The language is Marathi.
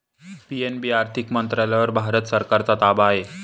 पी.एन.बी आर्थिक मंत्रालयावर भारत सरकारचा ताबा आहे